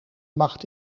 macht